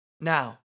Now